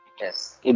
Yes